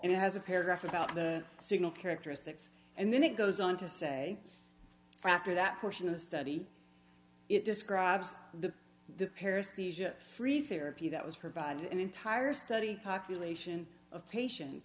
and it has a paragraph about the signal characteristics and then it goes on to say after that portion of the study it describes the paris free therapy that was provided an entire study population of patien